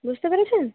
বুঝতে পেরেছেন